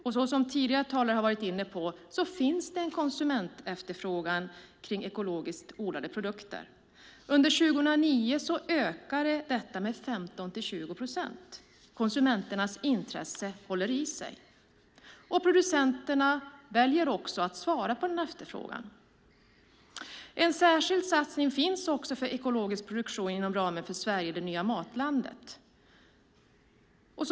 Liksom tidigare talare har varit inne på finns det en konsumentefterfrågan på ekologiskt odlade produkter. Under 2009 ökade den med 15-20 procent. Konsumenternas intresse håller i sig, och producenterna väljer att svara på efterfrågan. En särskild satsning finns för ekologisk produktion inom ramen för Sverige - det nya matlandet.